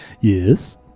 Yes